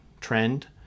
trend